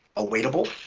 awaitable,